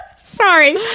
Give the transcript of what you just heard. Sorry